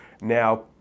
Now